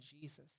Jesus